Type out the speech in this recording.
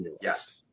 Yes